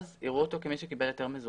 אז יראו אותו כמי שקיבל היתר מזורז.